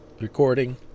recording